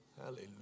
Hallelujah